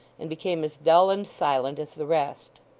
and became as dull and silent as the rest.